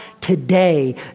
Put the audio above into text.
today